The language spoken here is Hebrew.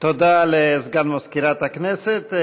תודה לסגן מזכירת הכנסת.